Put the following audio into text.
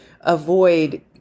avoid